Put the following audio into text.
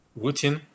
routine